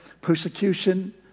persecution